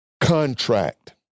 contract